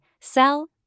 sell